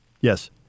Yes